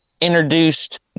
introduced